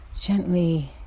gently